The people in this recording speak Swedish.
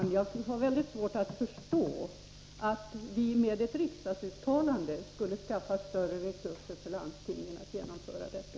Fru talman! Jag har mycket svårt att förstå att vi med ett riksdagsuttalande skulle skaffa större resurser till landstingen för att genomföra detta.